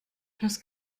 das